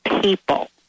people